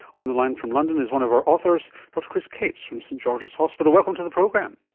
on the line from london is one of our authors, dr chris cates from st george's hospital. welcome to the program.